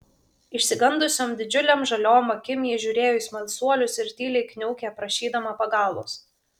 išsigandusiom didžiulėm žaliom akim ji žiūrėjo į smalsuolius ir tyliai kniaukė prašydama pagalbos